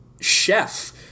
Chef